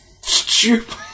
stupid